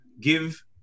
give